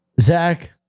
Zach